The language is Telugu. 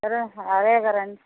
సరే సార్ అదేగా రండి